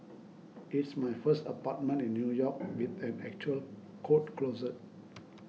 it's my first apartment in New York with an actual coat closet